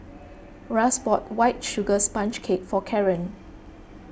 Russ bought White Sugar Sponge Cake for Karren